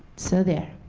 so there.